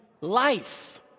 life